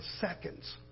seconds